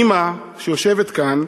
אימא, שיושבת כאן,